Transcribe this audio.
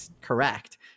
correct